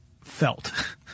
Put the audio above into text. felt